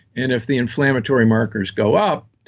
and if the inflammatory markers go up,